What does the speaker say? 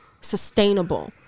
sustainable